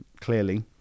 clearly